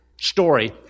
story